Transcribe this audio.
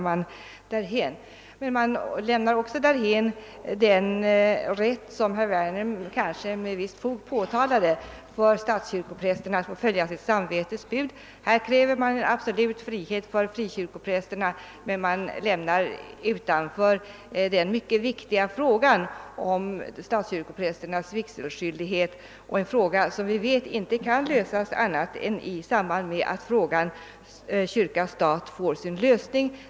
Man lämnar också därhän den rätt för statskyrkoprästerna att följa sitt samvetes bud som herr Werner — kanske med visst fog — påtalade. Man kräver absolut frihet för frikyrkoprästerna, men man lämnar utanför den mycket viktiga frågan om statskyrkoprästernas vigselskyldighet. Det är en fråga:som vi vet inte kan lösas annat än i samband med att frågan om förhållandet mellan kyrka och stat får sin lösning.